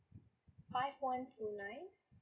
five one two nine